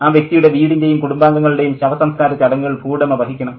ആ വ്യക്തിയുടെ വീടിൻ്റെയും കുടുംബാംഗങ്ങളുടെയും ശവസംസ്കാര ചടങ്ങുകൾ ഭൂവുടമ വഹിക്കണം